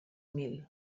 mil